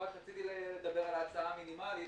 לא, רק רציתי לדבר על ההצעה המינימלית.